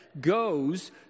goes